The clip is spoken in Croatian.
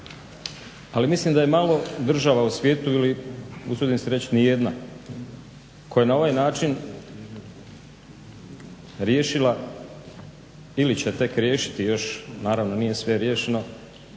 ali mislim da je malo država u svijetu ili usudim se reći nijedna koja je na ovaj način riješila ili će tek riješiti još naravno nije sve riješeno